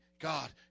God